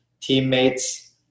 teammates